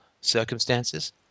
circumstances